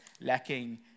lacking